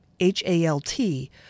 H-A-L-T